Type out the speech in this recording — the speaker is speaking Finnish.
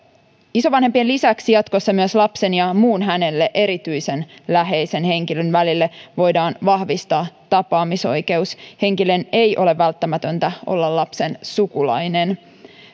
isovanhempien lisäksi jatkossa myös lapsen ja muun hänelle erityisen läheisen henkilön välille voidaan vahvistaa tapaamisoikeus henkilön ei ole välttämätöntä olla lapsen sukulainen